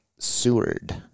Seward